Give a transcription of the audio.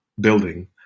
building